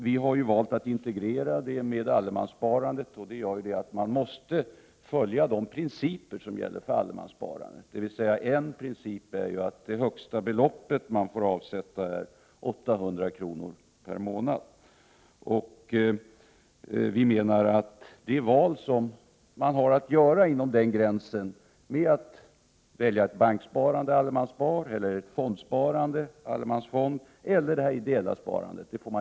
Vi har ju valt att integrera detta med allemanssparandet, vilket medför att man måste följa de principer som gäller för detta sparande. En princip är att det högsta beloppet man får sätta in är 800 kr. per månad. Vi menar att man med dessa 800 kr. som gräns sedan får välja hur man skall fördela sitt sparande — banksparande i allemanssparande, fondsparande i allemansfond eller detta ideella sparande.